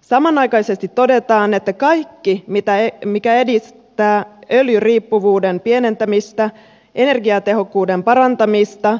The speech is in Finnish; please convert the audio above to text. samanaikaisesti todetaan että kaikki mikä edistää öljyriippuvuuden pienentämistä energiatehokkuuden parantamista